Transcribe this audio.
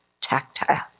tactile